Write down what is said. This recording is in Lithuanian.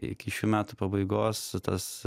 iki šių metų pabaigos tas